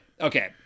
Okay